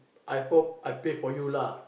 I hope I pay for you lah